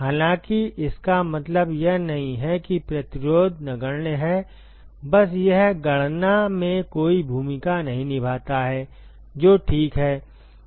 हालांकि इसका मतलब यह नहीं है कि प्रतिरोध नगण्य है बस यह गणना में कोई भूमिका नहीं निभाता है जो ठीक है